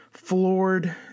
floored